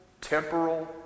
temporal